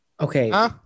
Okay